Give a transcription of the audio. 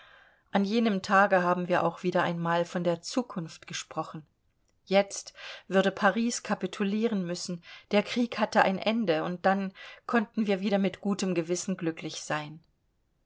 an jenem tage haben wir auch wieder einmal von der zukunft gesprochen jetzt würde paris kapitulieren müssen der krieg hatte ein ende und dann konnten wir wieder mit gutem gewissen glücklich sein